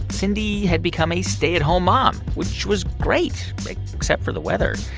cyndi had become a stay-at-home mom, which was great except for the weather.